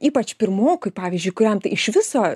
ypač pirmokui pavyzdžiui kuriam tai iš viso